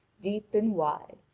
deep and wide,